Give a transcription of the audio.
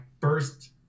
first